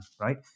right